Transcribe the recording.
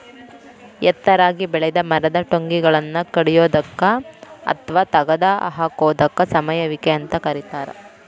ಎತ್ತರಾಗಿ ಬೆಳೆದ ಮರದ ಟೊಂಗಿಗಳನ್ನ ಕಡಿಯೋದಕ್ಕ ಅತ್ವಾ ತಗದ ಹಾಕೋದಕ್ಕ ಸಮರುವಿಕೆ ಅಂತ ಕರೇತಾರ